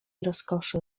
rozkoszy